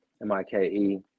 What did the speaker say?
m-i-k-e